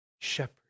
shepherd